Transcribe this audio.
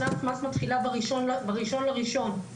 שנת מס מתחילה ב-1 בינואר.